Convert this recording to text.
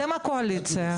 אתם הקואליציה,